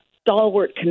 stalwart